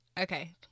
okay